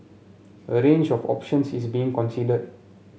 a range of options is being considered